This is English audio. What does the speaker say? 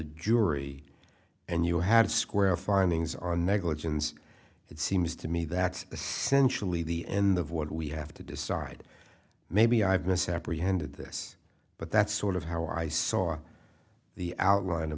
jury and you had square findings are negligence it seems to me that's essentially the end of what we have to decide maybe i have misapprehended this but that's sort of how i saw the outline of